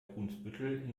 brunsbüttel